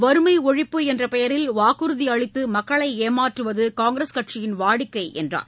வறுமை ஒழிப்பு என்ற பெயரில் வாக்குறுதி அளித்து மக்களை ஏமாற்றுவது காங்கிரஸ் கட்சியின் வாடிக்கை என்றார்